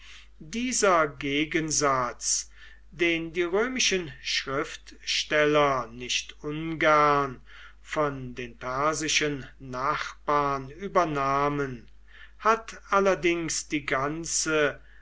dieser gegensatz den die römischen schriftsteller nicht ungern von den persischen nachbarn übernahmen hat allerdings die ganze